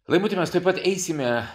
laimuti mes tuojpt eisime